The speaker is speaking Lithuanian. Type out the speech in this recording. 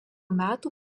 metų